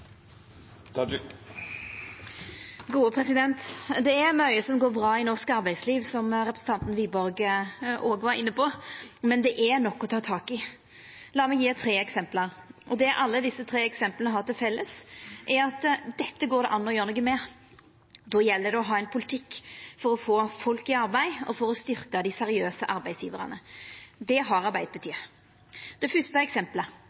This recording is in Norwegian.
bra i norsk arbeidsliv, som representanten Wiborg òg var inne på, men det er nok å ta tak i. La meg gje tre eksempel. Det alle desse tre eksempla har til felles, er at dette går det an å gjera noko med. Då gjeld det å ha ein politikk for å få folk i arbeid og for å styrkja dei seriøse arbeidsgjevarane. Det har Arbeidarpartiet. Det fyrste eksempelet